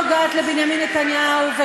הרי הצעת החוק הזאת לא נוגעת לבנימין נתניהו,